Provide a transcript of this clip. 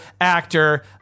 actor